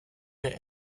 der